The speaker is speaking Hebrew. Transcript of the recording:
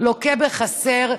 לוקה בחסר,